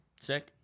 Sick